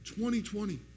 2020